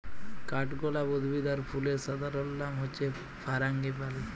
কাঠগলাপ উদ্ভিদ আর ফুলের সাধারণলনাম হচ্যে ফারাঙ্গিপালি